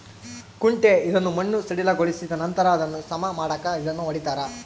ಕುಂಟೆ ಇದನ್ನು ಮಣ್ಣು ಸಡಿಲಗೊಳಿಸಿದನಂತರ ಅದನ್ನು ಸಮ ಮಾಡಾಕ ಇದನ್ನು ಹೊಡಿತಾರ